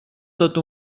tot